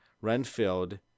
renfield